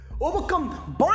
overcome